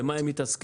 במה הם מתעסקים?